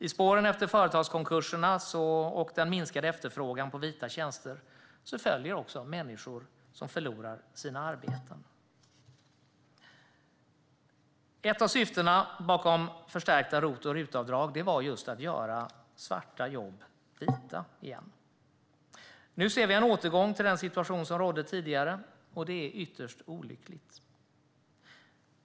I spåren efter företagskonkurserna och den minskade efterfrågan på vita tjänster följer också människor som förlorar sina arbeten. Ett av syftena bakom förstärkta ROT och RUT-avdrag var just att göra svarta jobb vita igen. Nu ser vi en återgång till den situation som rådde tidigare, och det är ytterst olyckligt.